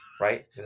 right